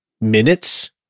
minutes